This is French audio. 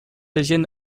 etienne